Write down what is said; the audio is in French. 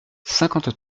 cinquante